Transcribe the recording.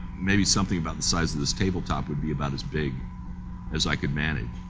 maybe something about the size of this table top would be about as big as i could manage.